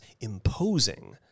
imposing